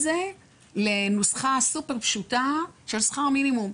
זה לנוסחה סופר פשוטה של שכר מינימום.